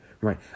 right